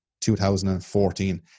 2014